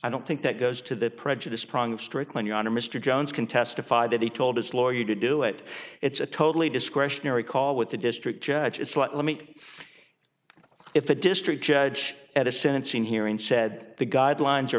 i don't think that goes to the prejudice prong of strickland your honor mr jones can testify that he told his lawyer to do it it's a totally discretionary call with the district judge it's let me if a district judge at a sentencing hearing said the guidelines are